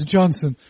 Johnson